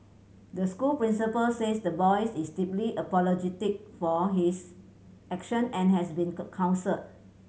the school principal says the boy is deeply apologetic for his action and has been counselled